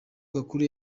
gakuru